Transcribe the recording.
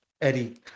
Eddie